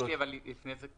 אנחנו --- לפני זה,